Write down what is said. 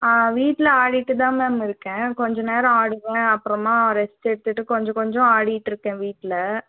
ஆ வீட்டில் ஆடிகிட்டு தான் மேம் இருக்கேன் கொஞ்ச நேரம் ஆடுவேன் அப்புறமாக ரெஸ்ட் எடுத்துவிட்டு கொஞ்சம் கொஞ்சம் ஆடிட்டுருக்கேன் வீட்டில்